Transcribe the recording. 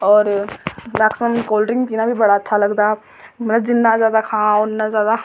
और मे आक्खङ मिगी कोल्डड्रिंक पीना बी बडा अच्छा लगदा ऐ मतलब जिन्ना जैदा खाओ उन्ना जैदा